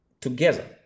together